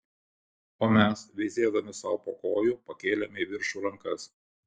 o mes veizėdami sau po kojų pakėlėme į viršų rankas